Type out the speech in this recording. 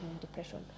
depression